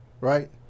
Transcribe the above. right